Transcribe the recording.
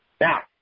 Now